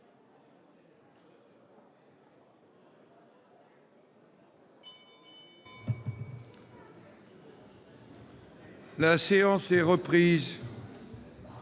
La séance est reprise.